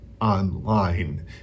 online